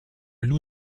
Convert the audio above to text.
loup